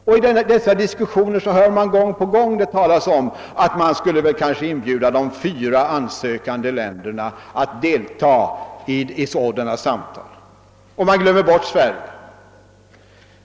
I dessa diskussioner hör man gång på gång talas om att »de fyra ansökande länderna» kanske skulle inbjudas att delta i sådana samtal, och därvid glöms Sverige bort.